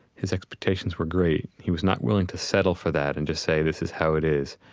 his expectations were great, he was not willing to settle for that and just say this is how it is.